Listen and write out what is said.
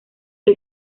que